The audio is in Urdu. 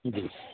جی